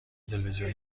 تلویزیون